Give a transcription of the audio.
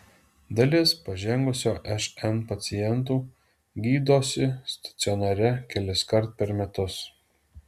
dalis pažengusio šn pacientų gydosi stacionare keliskart per metus